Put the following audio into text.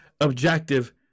objective